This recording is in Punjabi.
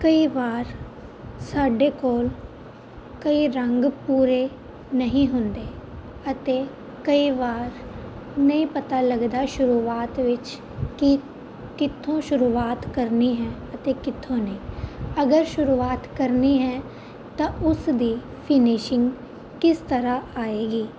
ਕਈ ਵਾਰ ਸਾਡੇ ਕੋਲ ਕਈ ਰੰਗ ਪੂਰੇ ਨਹੀਂ ਹੁੰਦੇ ਅਤੇ ਕਈ ਵਾਰ ਨਹੀਂ ਪਤਾ ਲੱਗਦਾ ਸ਼ੁਰੂਆਤ ਵਿੱਚ ਕਿ ਕਿੱਥੋਂ ਸ਼ੁਰੂਆਤ ਕਰਨੀ ਹੈ ਅਤੇ ਕਿੱਥੋਂ ਨਹੀਂ ਅਗਰ ਸ਼ੁਰੂਆਤ ਕਰਨੀ ਹੈ ਤਾਂ ਉਸ ਦੀ ਫਿਨਿਸ਼ਿੰਗ ਕਿਸ ਤਰ੍ਹਾਂ ਆਏਗੀ